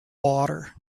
water